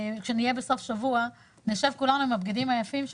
כשנהיה בסוף השבוע ונשב כולנו עם הבגדים היפים שקנינו,